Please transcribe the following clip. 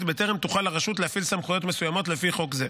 בטרם תוכל הרשות להפעיל סמכויות מסוימות לפי חוק זה.